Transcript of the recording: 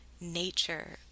nature